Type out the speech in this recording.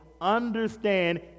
understand